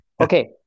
Okay